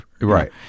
right